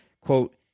quote